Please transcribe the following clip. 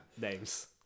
names